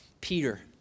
Peter